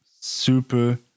super